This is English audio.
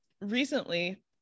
Recently